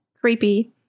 creepy